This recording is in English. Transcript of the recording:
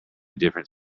different